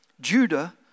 Judah